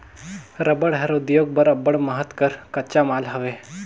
रबड़ हर उद्योग बर अब्बड़ महत कर कच्चा माल हवे